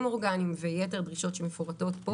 אורגנים ויתר דרישות שמפורטות פה.